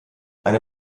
eine